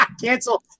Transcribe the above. cancel